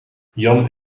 jan